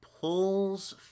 pulls